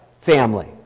family